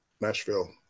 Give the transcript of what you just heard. Nashville